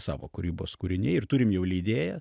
savo kūrybos kūriniai ir turim jau leidėją